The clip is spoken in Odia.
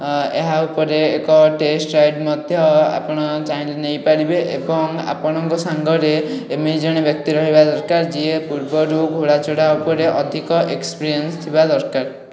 ଏହା ଉପରେ ଏକ ଟେଷ୍ଟ ଥାଏ ମଧ୍ୟ ଆପଣ ଚାହିଁଲେ ନେଇପାରିବେ ଏବଂ ଆପଣଙ୍କ ସାଙ୍ଗରେ ଏମିତି ଜଣେ ବ୍ୟକ୍ତି ରହିବା ନିହାତି ଦରକାର ଯିଏ ପୂର୍ବରୁ ଘୋଡ଼ା ଚଢ଼ା ଉପରେ ଅଧିକ ଏକ୍ସପିରିଏନ୍ସ ଥିବା ଦରକାର